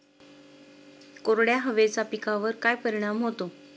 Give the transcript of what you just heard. कोरड्या हवेचा पिकावर काय परिणाम होतो?